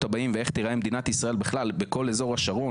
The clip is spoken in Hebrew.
הבאים ואיך תיראה מדינת ישראל בכלל בכל אזור השרון,